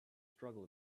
struggle